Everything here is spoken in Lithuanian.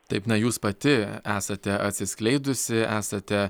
taip na jūs pati esate atsiskleidusi esate